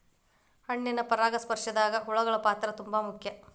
ಹಣ್ಣಿನ ಪರಾಗಸ್ಪರ್ಶದಾಗ ಹುಳಗಳ ಪಾತ್ರ ತುಂಬಾ ಮುಖ್ಯ